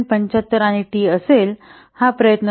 75 आणि टी बरोबर असेल हा प्रयत्न 0